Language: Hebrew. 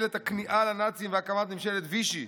את הכניעה לנאצים והקמת ממשלת וישי,